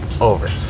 over